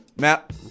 Matt